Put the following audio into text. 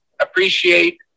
appreciate